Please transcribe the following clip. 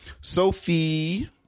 Sophie